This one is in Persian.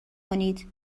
کنید